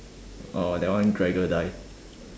uh that one died